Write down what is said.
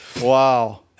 Wow